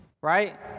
Right